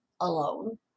alone